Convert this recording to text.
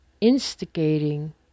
instigating